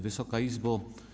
Wysoka Izbo!